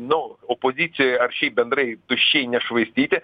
nu opozicijoj ar šiaip bendrai tuščiai nešvaistyti